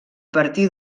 partir